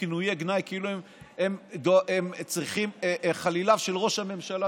כינויי גנאי כאילו הם חליליו של ראש הממשלה.